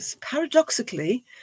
paradoxically